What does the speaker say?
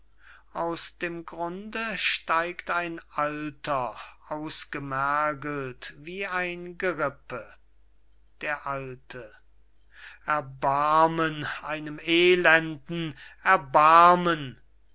aus dem grunde steigt ein alter ausgemergelt wie ein gerippe der alte erbarmen einem elenden erbarmen